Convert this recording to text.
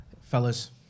Fellas